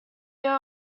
there